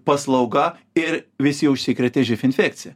paslauga ir visi užsikrėtė živ infekcija